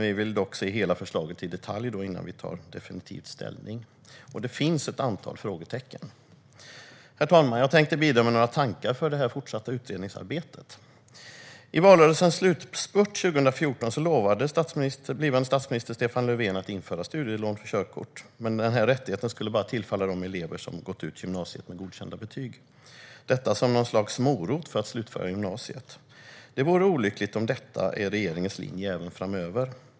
Vi vill dock se hela förslaget i detalj innan vi tar definitiv ställning. Det finns ett antal frågetecken. Herr talman! Jag tänkte bidra med några tankar för det fortsatta utredningsarbetet. I valrörelsens slutspurt 2014 lovade den blivande statsministern Stefan Löfven att införa studielån för körkort. Rättigheten skulle dock bara tillfalla de elever som gått ut gymnasiet med godkända betyg, detta som något slags morot för att slutföra gymnasiet. Det vore olyckligt om detta är regeringens linje även framöver.